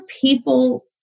people